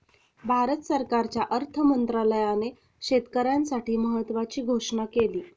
भारत सरकारच्या अर्थ मंत्रालयाने शेतकऱ्यांसाठी महत्त्वाची घोषणा केली